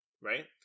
right